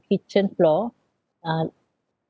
kitchen floor uh